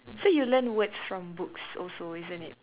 so you learn words from books also isn't it